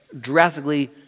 drastically